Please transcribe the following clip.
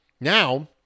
Now